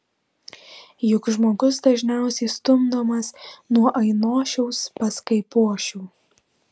juk žmogus dažniausiai stumdomas nuo ainošiaus pas kaipošių